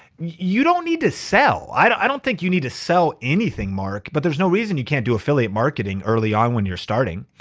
you don't need to sell. i don't think you need to sell anything mark, but there's no reason you can't do affiliate marketing early on when you're starting.